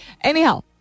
anyhow